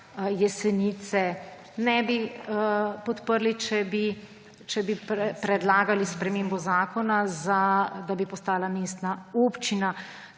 Jesenic ne bi podprli, če bi predlagali spremembo zakona, da bi postala mestna občina;